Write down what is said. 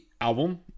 album